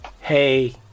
hey